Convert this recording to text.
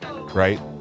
Right